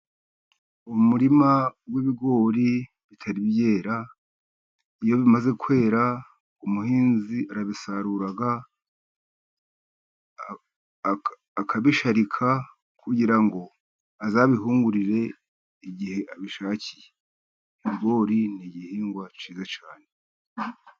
Umurima w'ibigori bitari byera, iyo bimaze kwera umuhinzi arabisarura, akabisharika, kugira ngo azabihungurire igihe abishakiye. Ibigori ni igihingwa cyiza cyane.